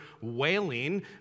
wailing